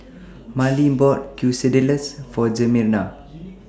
Marlin bought Quesadillas For Jimena